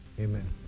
Amen